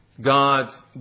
God's